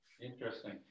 interesting